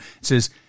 says